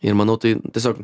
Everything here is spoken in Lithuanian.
ir manau tai tiesiog